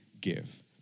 give